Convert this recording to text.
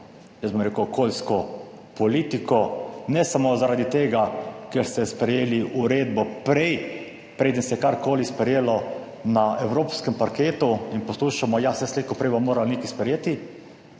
jaz bom rekel okoljsko politiko, ne samo zaradi tega, ker ste sprejeli uredbo prej preden se je karkoli sprejelo na evropskem parketu. In poslušamo, ja, saj slej ko prej bomo morali nekaj sprejeti.